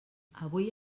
avui